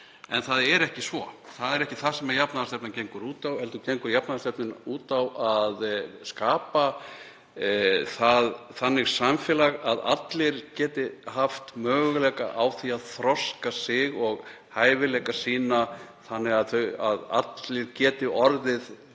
en það er ekki svo. Það er ekki það sem jafnaðarstefnan gengur út á heldur gengur hún út á að skapa þannig samfélag að allir geti haft möguleika á því að þroska sig og hæfileika sína þannig að allir geti orðið